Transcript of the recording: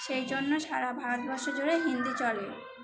সেই জন্য সারা ভারতবর্ষ জুড়ে হিন্দি চলে